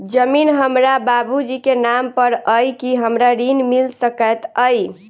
जमीन हमरा बाबूजी केँ नाम पर अई की हमरा ऋण मिल सकैत अई?